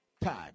time